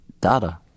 data